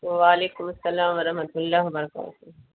وعلیکم السلام و رحمتہ اللہ وبرکاتہ